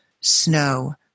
snow